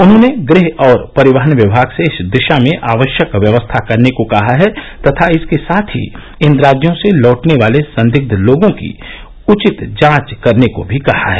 उन्होंने गृह और परिवहन विभाग से इस दिशा में आवश्यक व्यवस्था करने को कहा है तथा इसके साथ ही इन राज्यों से लौटने वाले संदिग्ध लोगों की उचित जांच करने को भी कहा है